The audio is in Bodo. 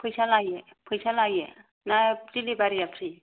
फैसा लायो फैसा लायो ना दिलिबारिया प्रि